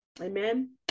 Amen